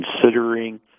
considering